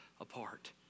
apart